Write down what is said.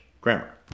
grammar